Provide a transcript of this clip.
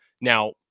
Now